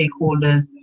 stakeholders